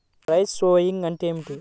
Dry sowing అంటే ఏమిటి?